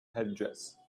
headdress